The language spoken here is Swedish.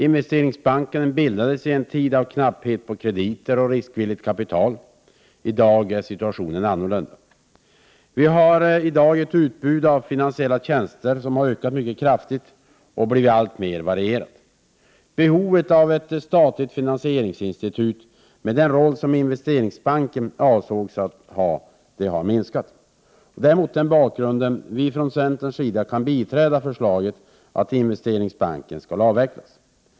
Investeringsbanken bildades i en tid av knapphet på krediter och riskvilligt kapital. I dag är situationen annorlunda. Utbudet av finansiella tjänster har ökat mycket kraftigt och blivit alltmer varierat. Behovet av ett statligt finansieringsinstitut, med den roll som Investeringsbanken avsågs ha, har minskat. Det är mot den bakgrunden som vi från centerns sida kan biträda förslaget att Investeringsbanken skall avvecklas.